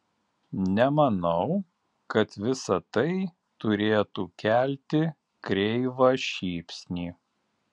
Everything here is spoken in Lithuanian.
nemanau kad visa tai turėtų kelti kreivą šypsnį